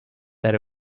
that